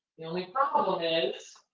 the only problem is,